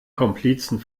komplizen